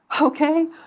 Okay